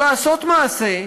או לעשות מעשה,